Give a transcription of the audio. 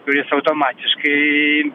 kuris automatiškai